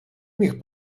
міг